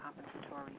Compensatory